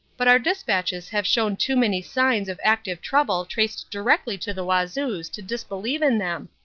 but our despatches have shown too many signs of active trouble traced directly to the wazoos to disbelieve in them.